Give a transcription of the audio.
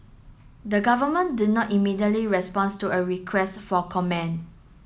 the government did not immediately responds to a request for comment